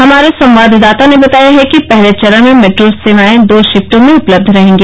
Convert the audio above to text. हमारे संवाददाता ने बताया है कि पहले चरण में मेट्रो सेवाए दो शिफ्टों में उपलब्ध रहेंगी